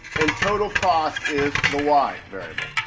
and total cost is the y variable,